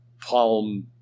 palm